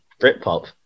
Britpop